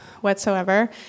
whatsoever